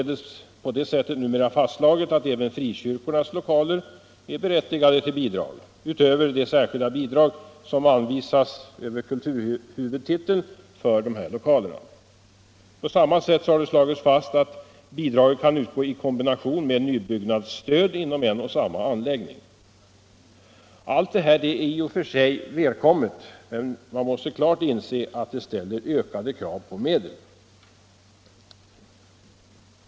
Det är således numera fastslaget att även frikyrkornas lokaler är berättigade till bidrag utöver de särskilda bidrag som anvisas över kulturhuvudtiteln för dessa lokaler. På samma sätt har det slagits fast att bidraget kan utgå i kombination med nybyggnadsstöd inom en och samma anläggning. Allt detta är i och för sig välkommet, men man måste klart inse att det ställer ökade krav på medel.